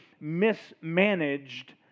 mismanaged